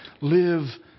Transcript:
live